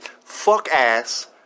fuck-ass